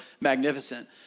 magnificent